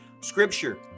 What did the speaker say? scripture